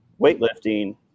weightlifting